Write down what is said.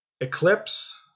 Eclipse